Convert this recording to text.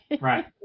Right